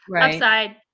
Upside